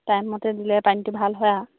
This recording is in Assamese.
টাইমতে দিলে পানীটো ভাল হয় আৰু